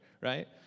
right